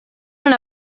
non